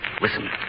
Listen